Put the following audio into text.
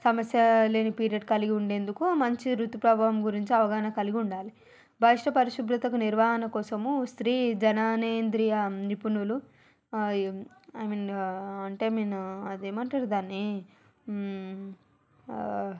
సమస్య లేని పిరియడ్ కలిగి ఉండేందుకు మంచి ఋతుప్రభావం గురించి అవగాహన కలిగి ఉండాలి బహిష్ట పరిశుభ్రతకు నిర్వాహణ కోసము స్త్రీ జననేంద్రియ నిపుణులు ఐ మీన్ అంటే ఐ మీను అదేమంటరు దాన్నీ